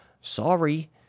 sorry